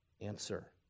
Answer